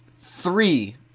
Three